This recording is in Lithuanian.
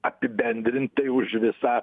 apibendrintai už visą